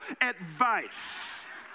advice